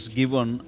given